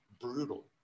brutal